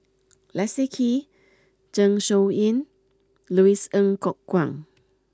Leslie Kee Zeng Shouyin Louis Ng Kok Kwang